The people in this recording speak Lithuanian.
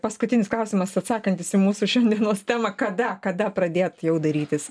paskutinis klausimas atsakantis į mūsų šiandienos temą kada kada pradėt jau dairytis